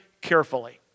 carefully